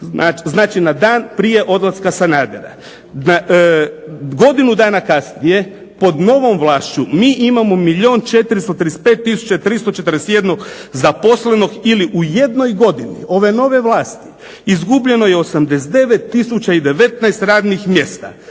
znači na dan prije odlaska Sanadera. Godinu dana kasnije pod novom vlašću mi imamo milijun 435 tisuća 341 zaposlenog ili u jednoj godini ove nove vlasti izgubljeno je 89 tisuća i 19 radnih mjesta.